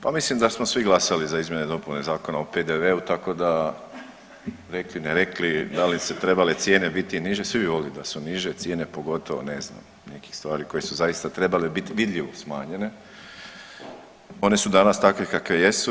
Pa mislim da smo svi glasali za izmjene i dopune Zakona o PDV-u tako da rekli ne rekli da li su trebale cijene biti niže, svi bi voljeli da su niže cijene, pogotovo ne znam nekih stvari koje su zaista trebale bit vidljivo smanjene, one su danas takve kakve jesu.